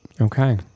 Okay